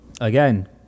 again